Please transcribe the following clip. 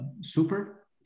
super